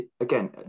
again